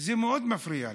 זה מאוד מפריע לי.